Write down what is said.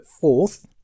fourth